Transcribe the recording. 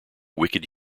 wicked